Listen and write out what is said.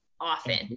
often